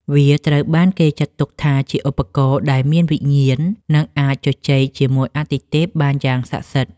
វាត្រូវបានគេចាត់ទុកថាជាឧបករណ៍ដែលមានវិញ្ញាណ និងអាចជជែកជាមួយអាទិទេពបានយ៉ាងស័ក្តិសិទ្ធិ។